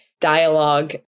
dialogue